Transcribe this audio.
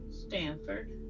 Stanford